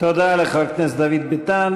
תודה לחבר הכנסת דוד ביטן.